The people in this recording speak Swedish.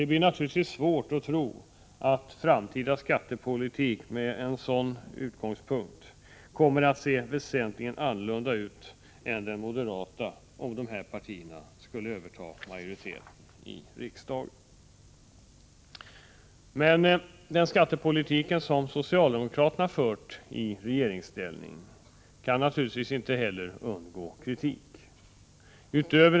Det är naturligtvis svårt att tro att framtiden i skattepolitisk mening kommer att se väsentligen annorlunda ut än den moderata om dessa tre partier skulle överta majoriteten i riksdagen. Men den skattepolitik som socialdemokraterna har fört i regeringsställning kaninte heller undgå kritik. Vi hart.ex.